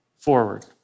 forward